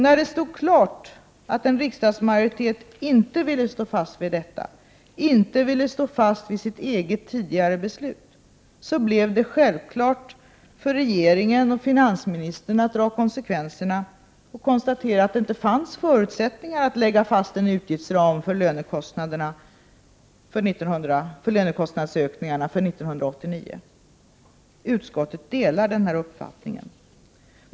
När det stod klart att en riksdagsmajoritet inte ville stå fast vid detta — inte ville stå fast vid sitt egna tidigare beslut — blev det självklart för regeringen och finansministern att dra konsekvenserna och konstatera att det inte fanns förutsättningar att lägga fast en utgiftsram för lönekostnadsökningar för 1989. Utskottet delar denna uppfattning.